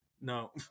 No